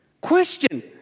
question